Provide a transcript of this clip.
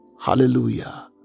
hallelujah